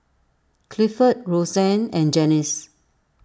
Clifford Rosanne and Janyce